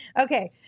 Okay